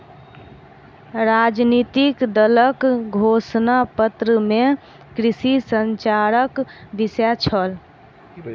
राजनितिक दलक घोषणा पत्र में कृषि संचारक विषय छल